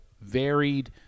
varied